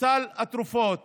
וסל התרופות